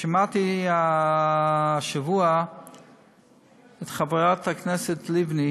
שמעתי השבוע את חברת הכנסת לבני,